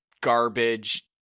garbage